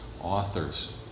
authors